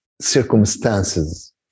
circumstances